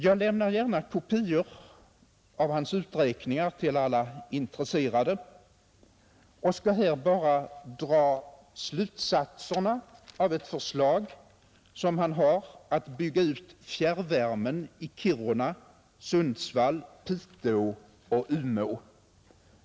Jag lämnar gärna kopior av hans uträkningar till alla intresserade och skall här bara presentera slutsatserna av ett förslag som han har att bygga ut fjärrvärme i Kiruna, Sundsvall, Piteå och Umeå.